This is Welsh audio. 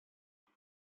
beth